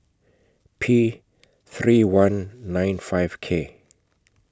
P three I nine five K